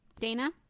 Dana